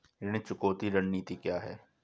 ऋण चुकौती रणनीति क्या है?